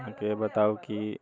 बताउ की